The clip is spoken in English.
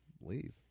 leave